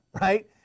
right